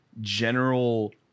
general